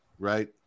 right